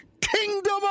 kingdom